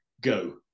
go